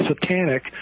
satanic